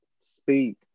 Speak